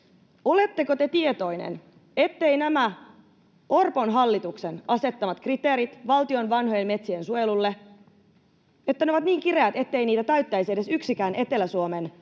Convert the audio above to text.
Oletteko te tietoinen, että nämä Orpon hallituksen asettamat kriteerit valtion vanhojen metsien suojelulle ovat niin kireät, ettei niitä täyttäisi edes yksikään Etelä-Suomen